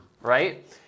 right